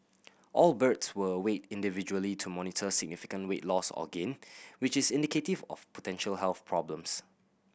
all birds were weighed individually to monitor significant weight loss or gain which is indicative of potential health problems